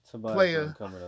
player